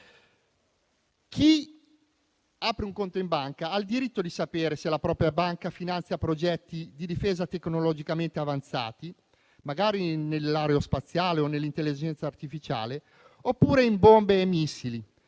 Chi apre un conto in banca ha il diritto di sapere se la propria banca finanzia progetti di difesa tecnologicamente avanzati, magari nell'aerospaziale o nell'intelligenza artificiale, oppure bombe e missili.